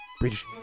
British